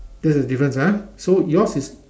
that's the difference ah so yours is